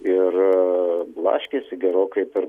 ir blaškėsi gerokai per